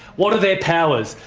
what are their powers?